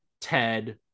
Ted